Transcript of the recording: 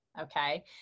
Okay